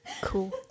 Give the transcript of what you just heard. Cool